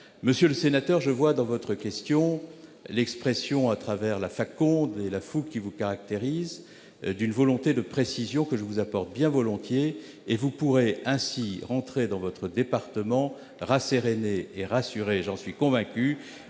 Monsieur le sénateur, je vois dans votre question l'expression, au travers de la faconde et de la fougue qui vous caractérisent, d'une volonté de précision que je vous apporte bien volontiers. Vous pourrez ainsi rentrer dans votre département rasséréné et rassuré, j'en suis convaincu,